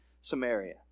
Samaria